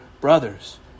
brothers